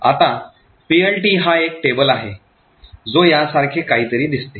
आता PLT हा एक टेबल आहे जो यासारखे काहीतरी दिसते